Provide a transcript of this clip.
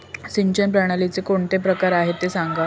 सिंचन प्रणालीचे किती प्रकार आहे ते सांगा